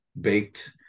baked